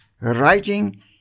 writing